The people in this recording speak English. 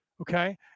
Okay